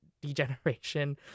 degeneration